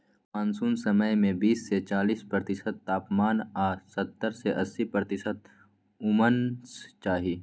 monsoon समय मे बीस सँ चालीस प्रतिशत तापमान आ सत्तर सँ अस्सी प्रतिशत उम्मस चाही